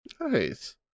Nice